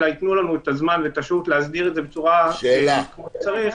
אלא ייתנו לנו את הזמן ואת השהות להסדיר את זה כמו שצריך,